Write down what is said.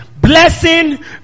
blessing